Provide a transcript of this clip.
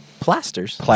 Plasters